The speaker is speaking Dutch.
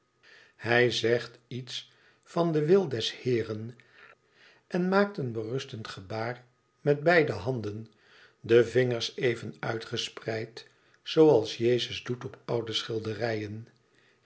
hij zegt iets van den wil des heeren en maakt een berustend gebaar met beide handen de vingers even uitgespreid zooals jezus doet op oude schilderijen